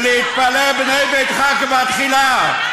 ולהתפלל: בנה ביתך כבתחילה,